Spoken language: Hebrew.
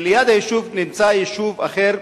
ליד היישוב נמצא יישוב אחר,